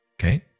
Okay